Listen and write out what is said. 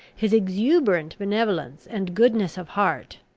his exuberant benevolence and goodness of heart,